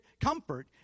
Comfort